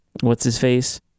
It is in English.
what's-his-face